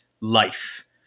life